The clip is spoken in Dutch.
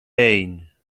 één